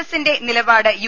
എസിന്റെ നിലപാട് യു